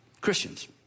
Christians